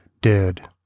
dead